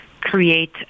create